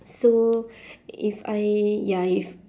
so if I ya if